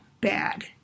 bad